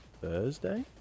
Thursday